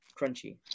crunchy